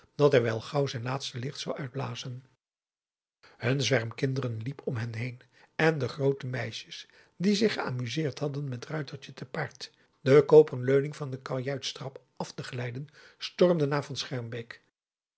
dat hij wel gauw zijn laatste licht zou uitblazen hun zwerm kinderen liep om hen heen en de groote meisjes die zich geamuseerd hadden met ruiter te paard de koperen leuning van de kajuitstrap af te glijden stormden naar van